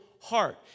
heart